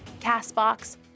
CastBox